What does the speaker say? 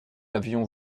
avions